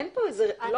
לא חוקק פה חוק.